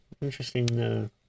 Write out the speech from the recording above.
interesting